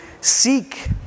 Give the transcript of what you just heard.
seek